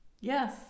Yes